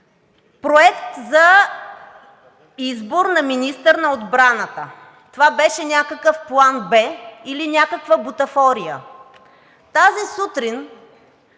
проект за избор на министър на отбраната. Това беше някакъв план „Б“ или някаква бутафория. Тази сутрин,